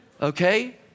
Okay